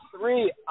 three